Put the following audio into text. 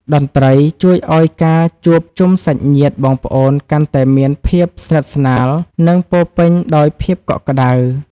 តន្ត្រីជួយឱ្យការជួបជុំសាច់ញាតិបងប្អូន កាន់តែមានភាពស្និទ្ធស្នាល និងពោរពេញដោយភាពកក់ក្ដៅ។